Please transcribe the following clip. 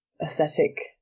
aesthetic